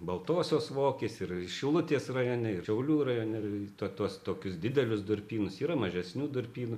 baltosios vokės ir šilutės rajone ir šiaulių rajone ir tuos tokius didelius durpynus yra mažesnių durpynų